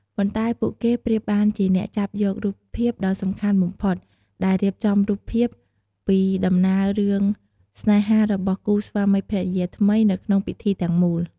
ប៉ុន្តែពួកគេប្រៀបបានជាអ្នកចាប់យករូបភាពដ៏សំខាន់បំផុត ដែលរៀបចំរូបភាពពីដំណើររឿងស្នេហារបស់គូស្វាមីភរិយាថ្មីនៅក្នុងពិធីទាំងមូល។